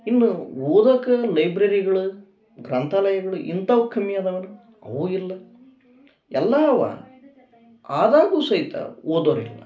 ಇನ್ನು ಓದೋಕ್ಕೆ ಲೈಬ್ರರಿಗಳು ಗ್ರಂಥಾಲಯಗಳು ಇಂಥವು ಕಮ್ಮಿ ಅದಾವೇನು ಅವೂ ಇಲ್ಲ ಎಲ್ಲ ಅವ ಆದಾಗೂ ಸಹಿತ ಓದೋರಿಲ್ಲ